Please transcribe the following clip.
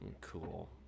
cool